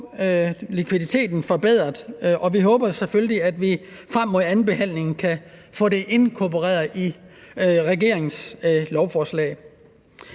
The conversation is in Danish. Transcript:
likviditeten forbedret, og vi håber selvfølgelig, at vi frem mod andenbehandlingen kan få det inkorporeret i regeringens lovforslag.